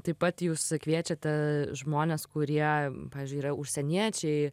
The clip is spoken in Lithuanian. taip pat jūs kviečiate žmones kurie pavyzdžiui yra užsieniečiai